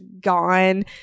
gone